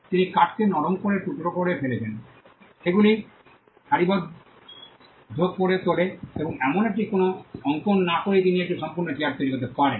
তিনি কাঠকে নরম করে টুকরো টুকরো করে ফেলেন সেগুলি সারিবদ্ধ করে তোলে এবং এমনকি কোনও অঙ্কন না করেই তিনি একটি সম্পূর্ণ চেয়ার তৈরি করতে পারেন